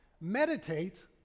Meditate